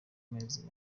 mezi